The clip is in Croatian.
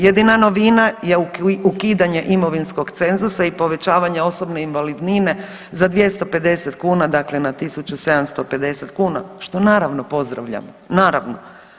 Jedina novina je ukidanje imovinskog cenzusa i povećavanje osobne invalidnine za 250 kuna, dakle na 1.750 kuna što naravno pozdravljam, naravno.